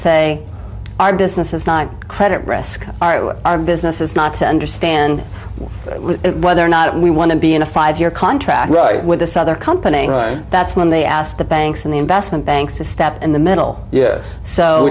say our business is not credit risk our business is not to understand or whether or not we want to be in a five year contract right with this other company that's when they ask the banks and the investment banks to step in the middle yes so